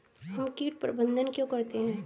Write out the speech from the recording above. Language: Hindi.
हम कीट प्रबंधन क्यों करते हैं?